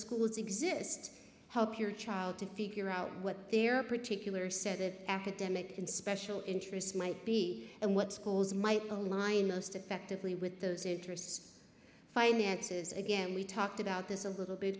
schools exist help your child to figure out what their particular set of academic and special interests might be and what schools might align most effectively with those interests finances again we talked about this a little bit